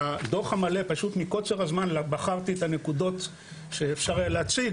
בדוח המלא פשוט מקוצר הזמן בחרתי את הנקודות שאפשר היה להציג